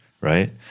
right